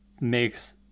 makes